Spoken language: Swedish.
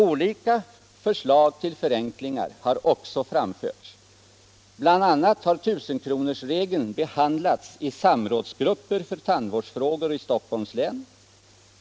Olika förslag till förenklingar har också framförts. Bla har "1 000-kronorsregeln” behandlats i samrådsgruppen för tandvårdsfrågor i Stockholms län.